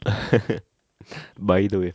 by the way